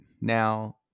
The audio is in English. Now